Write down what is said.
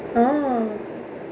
oh